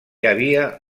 havia